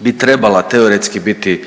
bi trebala teoretski biti